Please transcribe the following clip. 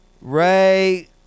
Ray